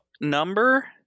Number